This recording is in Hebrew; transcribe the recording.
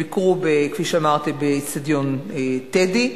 ביקרו באיצטדיון "טדי".